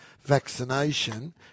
vaccination